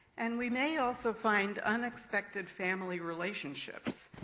and we may also find unexpected family relationships.